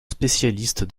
spécialiste